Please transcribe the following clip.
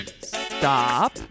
Stop